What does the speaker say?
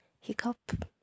hiccup